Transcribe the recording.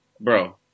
bro